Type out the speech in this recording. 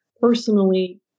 personally